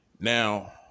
Now